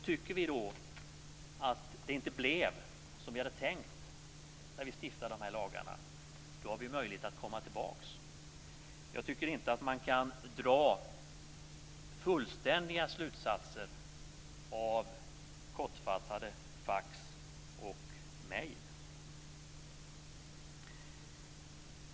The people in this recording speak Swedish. Tycker vi att det inte blev som vi hade tänkt när vi stiftade de här lagarna har vi möjlighet att komma tillbaka. Jag tycker inte att man kan dra fullständiga slutsatser av kortfattade fax och mejl.